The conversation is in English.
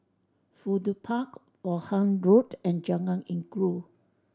Fudu Park Vaughan Road and Jalan Inggu